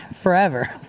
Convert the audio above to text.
forever